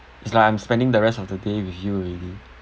is like I'm spending the rest of the day with you already